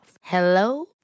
Hello